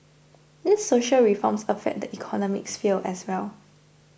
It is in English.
these social reforms affect the economic sphere as well